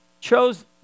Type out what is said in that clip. chose